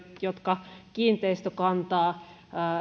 jotka kiinteistökantaa